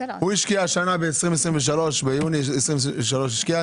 הוא השקיע השנה ב-2023 ביוני 2023 השקיע,